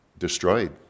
destroyed